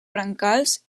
brancals